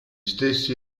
stessi